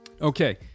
Okay